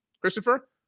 Christopher